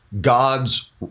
God's